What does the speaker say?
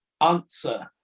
answer